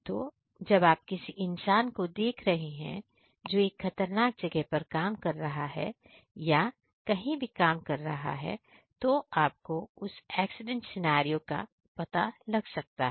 तो जब आप किसी इंसान को देख रहे हैं जो एक खतरनाक जगह पर काम कर रहा है या कहीं भी काम कर रहा है तो आपको उस एक्सीडेंट्स सीनारियों का पता लग सकता है